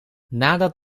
nadat